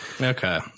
okay